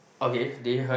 okay did it hurt